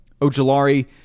Ojolari